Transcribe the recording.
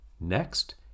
Next